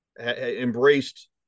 embraced